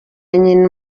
nyina